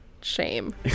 Shame